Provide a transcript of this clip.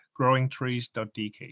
growingtrees.dk